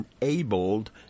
enabled